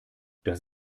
das